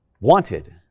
wanted